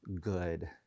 good